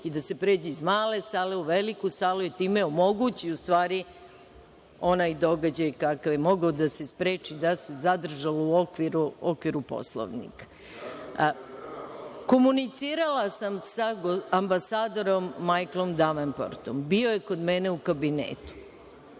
i da se pređe iz male sale u veliku salu i time omogući u stvari onaj događaj, koji je mogao da se spreči da se zadržalo u okviru Poslovnika. Komunicirala sam sa ambasadorom Majklom Devenportom, bio je kod mene u Kabinetu.